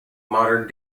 modern